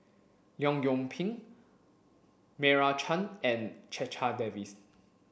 Leong Yoon Pin Meira Chand and Checha Davies